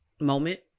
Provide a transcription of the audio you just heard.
moment